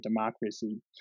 Democracy